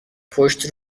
پشت